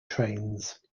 trains